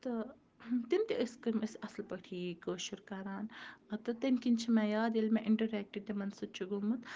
تہٕ تِم تہِ ٲسۍ تِم ٲسۍ اَصٕل پٲٹھی کٲشُر کَرران تہٕ تمہِ کِنۍ چھِ مےٚ یاد ییٚلہِ مےٚ اِنٹَریکٹ تِمَن سۭتۍ چھُ گوٚمُت